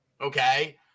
okay